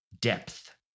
depth